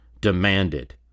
demanded